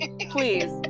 Please